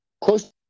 close